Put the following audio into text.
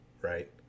right